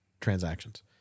transactions